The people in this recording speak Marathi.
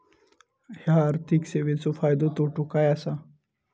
हया आर्थिक सेवेंचो फायदो तोटो काय आसा?